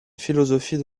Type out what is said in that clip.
philosophie